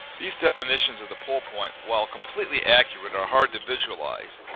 these definitions of the pole point, while completely accurate, are hard to visualize.